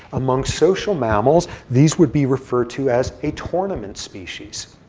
among social mammals, these would be referred to as a tournament species.